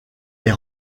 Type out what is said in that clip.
est